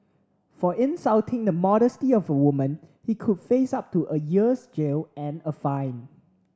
for insulting the modesty of a woman he could face up to a year's jail and a fine